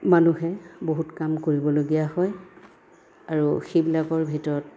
মানুহে বহুত কাম কৰিবলগীয়া হয় আৰু সেইবিলাকৰ ভিতৰত